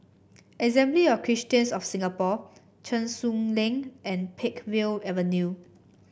Assembly of Christians of Singapore Cheng Soon Lane and Peakville Avenue